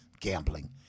Gambling